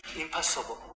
impossible